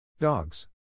Dogs